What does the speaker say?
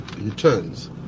returns